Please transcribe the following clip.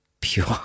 pure